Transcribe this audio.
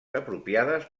apropiades